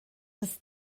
ist